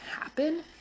happen